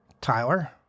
Tyler